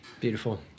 Beautiful